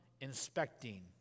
inspecting